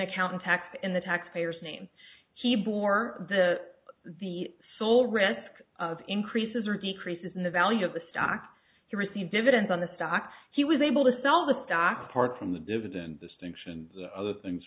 account intact in the taxpayer's name she bore the the sole risk of increases or decreases in the value of the stock to receive dividends on the stock she was able to sell the stock part from the dividend distinction other things